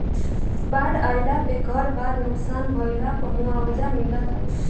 बाढ़ आईला पे घर बार नुकसान भइला पअ मुआवजा मिलत हवे